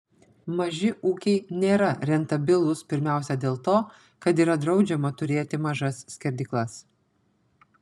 maži ūkiai nėra rentabilūs pirmiausia dėl to kad yra draudžiama turėti mažas skerdyklas